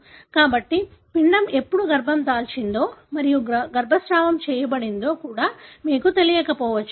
కాబట్టి పిండం ఎప్పుడు గర్భం దాల్చిందో మరియు గర్భస్రావం చేయబడిందో కూడా మీకు తెలియకపోవచ్చు